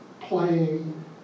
playing